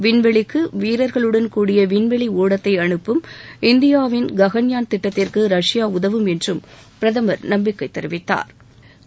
விண்வெளிக்கு வீரா்களுடன் கூடிய விண்வெளி ஓடத்தை அனுப்பும் இந்தியாவின் ககன்யான் திட்டத்திற்கு ரஷ்யா உதவும் என்றும் பிரதமா் நம்பிக்கை தெரிவித்தாா்